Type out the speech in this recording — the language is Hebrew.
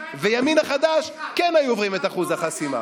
והימין החדש כן היו עוברים את אחוז החסימה.